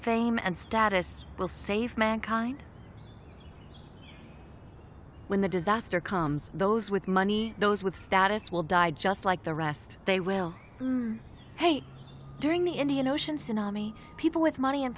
fame and status will save mankind when the disaster comes those with money those with status will die just like the rest they will pay during the indian ocean tsunami people with money and